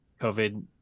COVID